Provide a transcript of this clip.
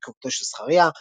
בן תקופתו של זכריה.